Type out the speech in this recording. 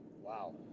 Wow